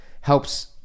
helps